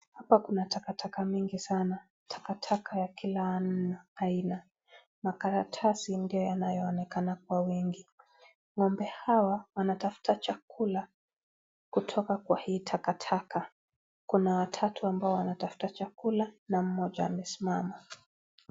Hapa kuna takataka mingi sana. Takataka ya kila aina. Makaratasi ndiyo yanayoonekana kwa wingi. Ng'ombe hawa, wanatafuta chakula kutoka kwa hii takataka. Kuna watatu ambao wanatafuta chakula na mmoja amesimama.